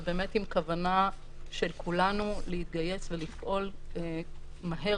ובאמת עם כוונה של כולנו להתגייס ולפעול מהר